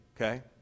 okay